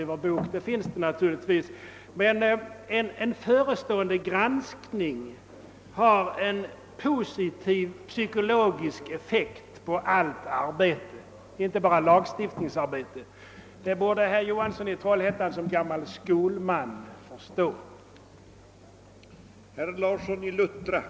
En förestående granskning har emellertid en positiv psykologisk effekt på allt arbete, inte bara lagstiftningsarbete; det borde inte vara en gammal skolman som herr Johansson i Trollhättan främmande.